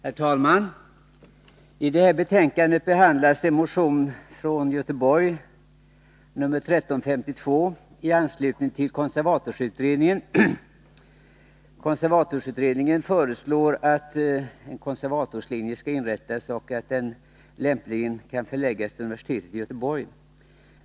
Herr talman! I detta betänkande behandlas motion 1352 av ledamöter från Göteborg i anslutning till konservatorsutredningen. Konservatorsutredningen föreslår att en konservatorslinje skall inrättas och att den lämpligen kan förläggas till universitetet i Stockholm.